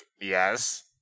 Yes